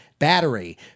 Battery